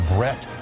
Brett